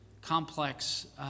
complex